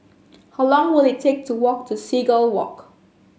how long will it take to walk to Seagull Walk